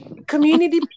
Community